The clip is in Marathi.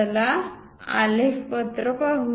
चला आलेख पत्रक पाहू